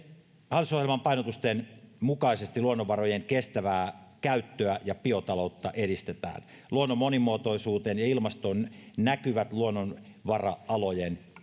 hallitusohjelman painotusten mukaisesti luonnonvarojen kestävää käyttöä ja biotaloutta edistetään painotus luonnon monimuotoisuuteen ja ilmastoon näkyvät luonnonvara alojen